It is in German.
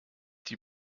die